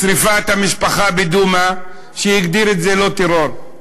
בשרפת המשפחה בדומא, והגדירו את זה "לא טרור".